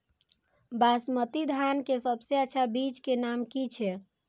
बासमती धान के सबसे अच्छा बीज के नाम की छे?